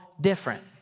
different